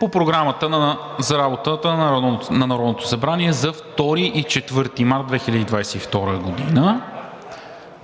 По Програмата за работата на Народното събрание за 2 и 4 март 2022 г.